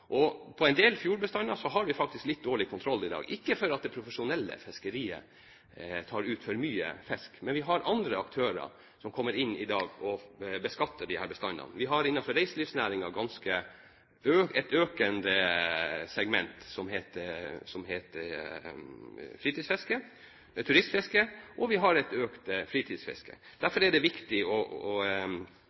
Og på en del fjordbestander har vi faktisk litt dårlig kontroll i dag, ikke fordi det profesjonelle fiskeriet tar ut for mye fisk, men vi har andre aktører som kommer inn i dag og beskatter disse bestandene. Vi har innenfor reiselivsnæringen et økende segment som heter turistfiske, og vi har et økt fritidsfiske. Derfor er det viktig å